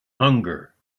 hunger